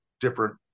different